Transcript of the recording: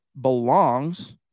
belongs